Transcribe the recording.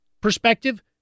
perspective